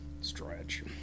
stretch